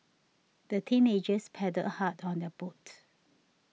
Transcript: the teenagers paddled hard on their boat